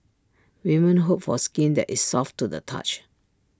women hope for skin that is soft to the touch